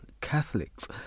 Catholics